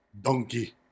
Donkey